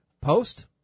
post